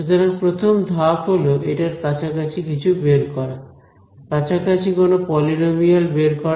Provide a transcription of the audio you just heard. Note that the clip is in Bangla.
সুতরাং প্রথম ধাপ হলো এটার কাছাকাছি কিছু বের করা কাছাকাছি কোন পলিনোমিয়াল বের করা